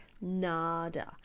nada